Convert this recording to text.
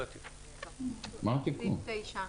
סעיף 9,